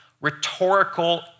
rhetorical